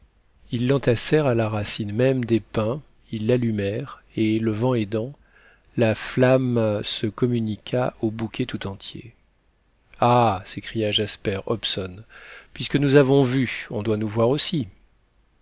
ils l'entassèrent à la racine même des pins ils l'allumèrent et le vent aidant la flamme se communiqua au bouquet tout entier ah s'écria jasper hobson puisque nous avons vu on doit nous voir aussi